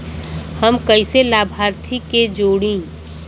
हम कइसे लाभार्थी के जोड़ी?